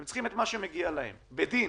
הם צריכים את מה שמגיע להם בדין.